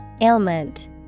Ailment